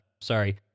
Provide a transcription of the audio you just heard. sorry